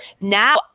Now